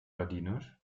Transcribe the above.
ladinisch